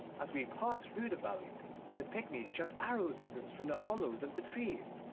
as we passed through the valleys the pygmies shot arrows at us from the hollows of the trees,